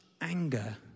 anger